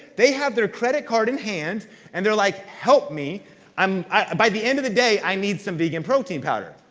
they have their credit card in hand and they're like, help me um by the end of the day i need some vegan protein powder,